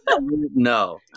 No